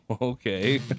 okay